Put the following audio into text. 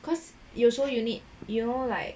cause you also you need you know like